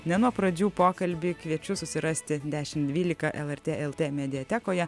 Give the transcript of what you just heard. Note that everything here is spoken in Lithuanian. ne nuo pradžių pokalbį kviečiu susirasti dešim dvylika lrt lt mediatekoje